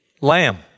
lamb